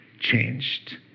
changed